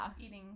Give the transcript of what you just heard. eating